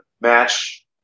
match